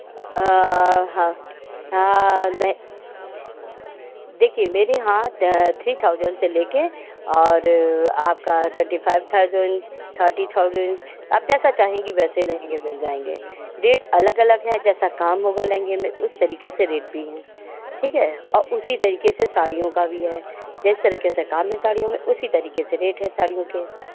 लह देखिए मेरे यहाँ थ थ्री थाउजेंड से ले के और आपका twenty five thousand thirty thousand आप जैसा चाहेंगी ऐसे लहंगे मिल जाएंगे रेट अलग अलग हैं जैसा काम होगा लहंगे में उस तरीके के रेट भी हैं ठीक है अ उसी तरीके से साड़ियों का भी है जिस तरीके का काम है साड़ियों मे उसी तरह का रेट है साड़ियों के